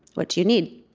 what do you need?